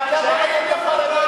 העיקר לא לתת לחרדים.